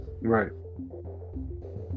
Right